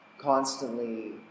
constantly